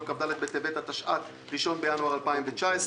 ביום כ"ד בטבת התשע"ט (1 בינואר 2019),